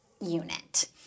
unit